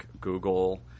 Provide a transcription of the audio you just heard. Google